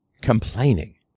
complaining